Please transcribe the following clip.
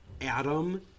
Adam